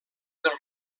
del